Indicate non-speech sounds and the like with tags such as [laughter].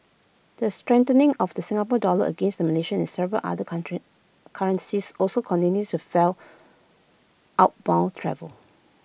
the strengthening of the Singapore dollar against the Malaysian and several other [unintelligible] currencies also continues to fuel outbound travel